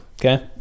okay